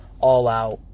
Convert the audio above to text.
all-out